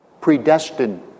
predestined